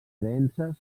creences